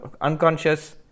unconscious